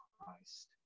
Christ